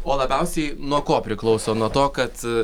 o labiausiai nuo ko priklauso nuo to kad